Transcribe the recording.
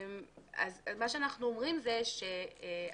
מה שאנחנו אומרים זה שהמחזיקים,